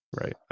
Right